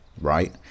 Right